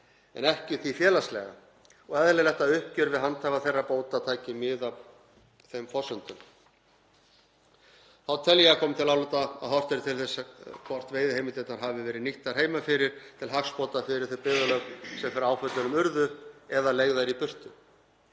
en ekki því félagslega og eðlilegt að uppgjör við handhafa þeirra bóta taki mið af þeim forsendum. Þá tel ég að komi til álita að horft verði til þess hvort veiðiheimildirnar hafi verið nýttar heima fyrir til hagsbóta fyrir þau byggðarlög sem fyrir áföllunum urðu eða leigðar í burtu.